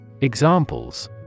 Examples